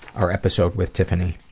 our episode with tiffany.